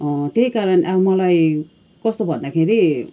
त्यही कारण अब मलाई कस्तो भन्दाखेरि